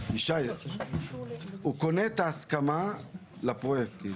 הוא קונה את ההסכמה לפרויקט.